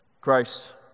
Christ